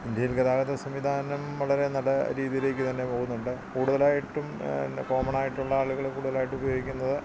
Indian ഗതാഗത സംവിധാനം വളരെ നല്ല രീതിയിലേക്ക് തന്നെ പോകുന്നുണ്ട് കൂടുതലായിട്ടും എന്ന കോമണായിട്ടുട്ടുള്ള ആളുകള് കൂടുതലായിട്ടുപയോഗിക്കുന്നത്